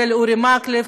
עם אורי מקלב,